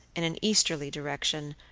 in an easterly direction,